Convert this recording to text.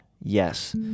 Yes